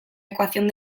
ecuación